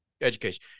Education